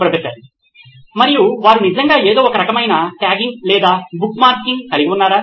professor మరియు వారు నిజంగా ఏదో ఒక రకమైన ట్యాగింగ్ లేదా బుక్మార్కింగ్ కలిగి ఉన్నారా